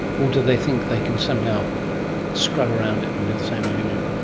or do they think they can somehow scrub around it and do the same as usual?